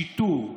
שיטור,